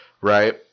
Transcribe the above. right